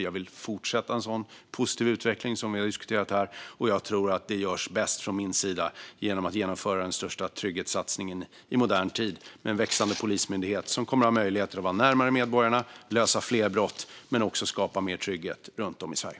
Jag vill fortsätta en sådan positiv utveckling som vi har diskuterat här, och jag tror att det görs bäst från min sida genom att genomföra den största trygghetssatsningen i modern tid med en växande polismyndighet som kommer att vara närmare medborgarna, lösa fler brott och skapa mer trygghet runt om i Sverige.